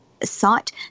site